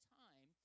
time